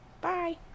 bye